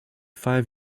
five